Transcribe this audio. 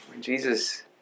Jesus